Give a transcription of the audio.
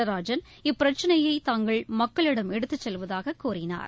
நடராஜன் இப்பிரச்சினையை தாங்கள் மக்களிடம் எடுத்துச் செல்வதாக கூறினார்